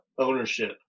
ownership